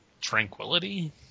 tranquility